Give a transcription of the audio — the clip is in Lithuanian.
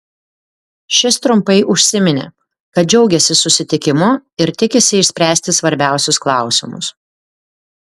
šis trumpai užsiminė kad džiaugiasi susitikimu ir tikisi išspręsti svarbiausius klausimus